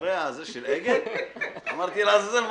לעזאזל,